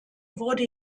wurde